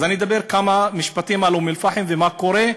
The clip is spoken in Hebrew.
אז אדבר כמה משפטים על אום-אלפחם ומה קורה,